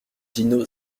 dino